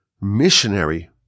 missionary